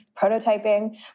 prototyping